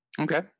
Okay